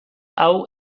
hau